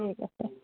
ঠিক আছে